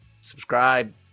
subscribe